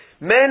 Men